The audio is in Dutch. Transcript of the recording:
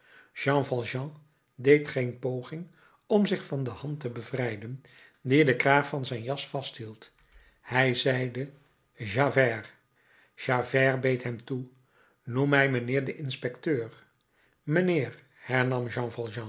deed geen poging om zich van de hand te bevrijden die den kraag van zijn jas vasthield hij zeide javert javert beet hem toe noem mij mijnheer den inspecteur mijnheer hernam